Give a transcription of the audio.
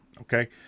Okay